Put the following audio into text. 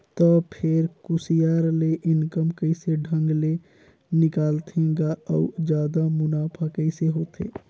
त फेर कुसियार ले इनकम कइसे ढंग ले निकालथे गा अउ जादा मुनाफा कइसे होथे